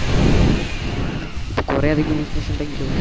ഓഹ് അപ്പോൾ കുറേയധികം ബിസിനസ്സ് ഉണ്ടെങ്കിലോ